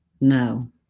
no